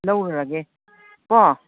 ꯂꯧꯔꯔꯒꯦ ꯀꯣ